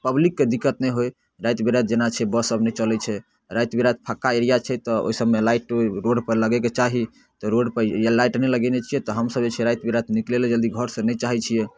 पब्लिकके दिक्कत नहि होइ राति बिराति जेना छै बस सभ नहि चलै छै राति बिराति फक्का एरिया छै तऽ ओइ सभमे लाइट ओइ रोडपर लगैके चाही तऽ रोडपर या लाइट नहि लगेने छियै तऽ हमसभ जे छै राति बिराति निकलै लअ जल्दी घरसँ नहि चाहैत रहै छियै